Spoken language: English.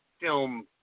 film